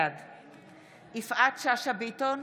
בעד יפעת שאשא ביטון,